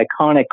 iconic